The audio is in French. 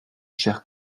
cher